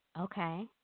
Okay